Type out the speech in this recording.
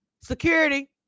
Security